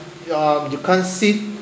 ya um you can't sit